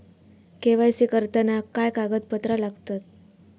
KYC करताना काय कागदपत्रा लागतत?